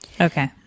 Okay